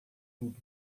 tudo